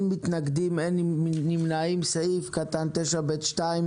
אין מתנגדים, אין נמנעים, הסעיף אושר פה אחד.